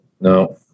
No